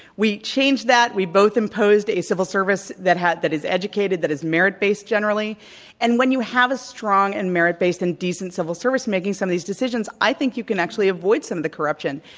we changed that. we both imposed a civil service that had that is educated, that is merit based generally and when you have a strong and merit based and decent civil service making some of these decisions, i think you can actually avoid some of the corruption.